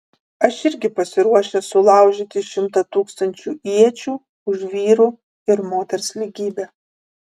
aš irgi pasiruošęs sulaužyti šimtą tūkstančių iečių už vyro ir moters lygybę